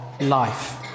life